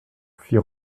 fit